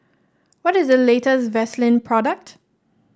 what is the latest Vaselin product